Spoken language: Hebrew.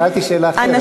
שאלתי שאלה אחרת,